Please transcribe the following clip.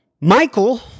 Michael